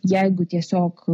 jeigu tiesiog